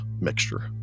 mixture